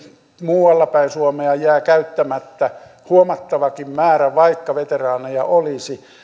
muualla päin suomea jää käyttämättä huomattavakin määrä vaikka veteraaneja olisi